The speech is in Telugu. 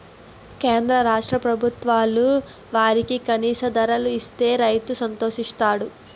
కేంద్ర రాష్ట్ర ప్రభుత్వాలు వరికి కనీస ధర ఇస్తే రైతు సంతోషిస్తాడు